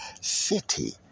city